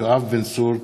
יואב בן צור,